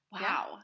Wow